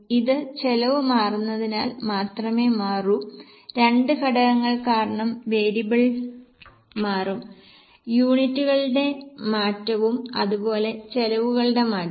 ഇത് ചെലവ് മാറുന്നതിനാൽ മാത്രമേ മാറൂ രണ്ട് ഘടകങ്ങൾ കാരണം വേരിയബിൾ മാറും യൂണിറ്റുകളുടെ മാറ്റവും അതുപോലെ ചെലവുകളുടെ മാറ്റവും